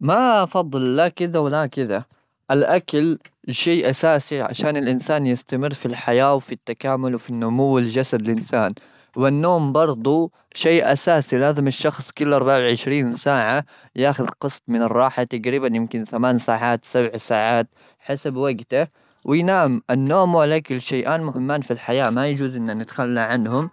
ما فضل لا كذا ولا كذا؟ الأكل شيء أساسي عشان الإنسان يستمر في الحياة وفي التكامل وفي النمو الجسد الإنسان. والنوم برضو شيء أساسي، لازم الشخص كل أربعة وعشرين ساعة ياخذ قسط من الراحة، تقريبا يمكن ثمان ساعات سبع ساعات حسب وجته. وينام. النوم والأكل شيئان مهمان في الحياة، ما يجوز نتخلى عنهم.